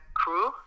crew